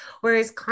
Whereas